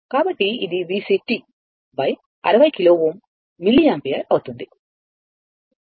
కాబట్టి ఇది VC 60 kilo Ω milliampere అవుతుంది